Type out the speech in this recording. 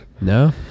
no